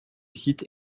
site